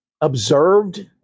observed